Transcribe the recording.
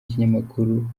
ikinyamakuru